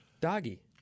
Doggy